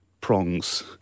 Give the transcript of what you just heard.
prongs